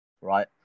right